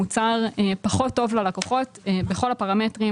מוצר פחות טוב ללקוחות בכל הפרמטרים